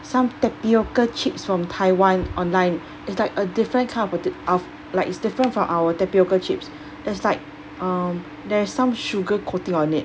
some tapioca chips from taiwan online it's like a different kind of pota~ of like it's different from our tapioca chips it's like um there's some sugar coating on it